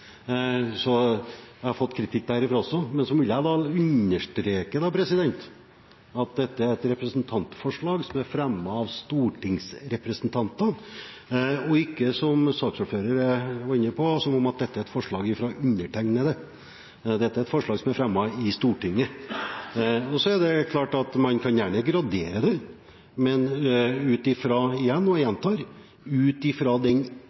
så jeg har fått kritikk derfra også. Men så vil jeg understreke at dette er et representantforslag som er fremmet av stortingsrepresentanter, og er ikke – som saksordføreren var inne på – et forslag fra undertegnede. Dette er et forslag som er fremmet i Stortinget. Det er klart at man kan gjerne gradere det, men ut fra – og jeg gjentar – den inntjeningen som eksisterte i 2016 kontra det man la til grunn i 2015, og ut